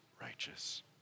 righteous